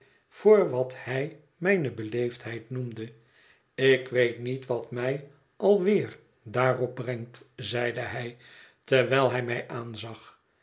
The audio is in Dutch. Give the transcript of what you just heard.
voor wat hij mijne beleefdheid noemde ik weet niet wat mij al weer daarop brengt zeide hij terwijl hij mij aanzag